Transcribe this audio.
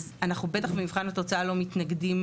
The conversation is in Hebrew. אז אנחנו בטח במבחן התוצאה לא מתנגדים